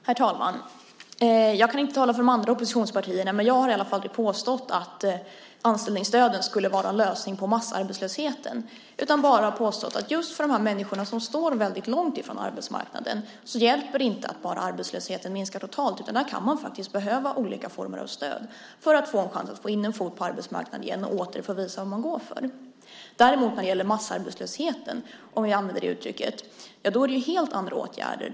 Herr talman! Jag kan inte tala för de andra oppositionspartierna, men jag har aldrig påstått att anställningsstödet skulle vara en lösning på massarbetslösheten. Jag har bara påstått att just för dessa människor som står långt från arbetsmarknaden hjälper det inte att arbetslösheten minskar totalt. Där kan det behövas olika former av stöd för att få en chans att få in en fot på arbetsmarknaden igen och åter få visa vad man går för. För massarbetslösheten - om vi använder det uttrycket - handlar det om helt andra åtgärder.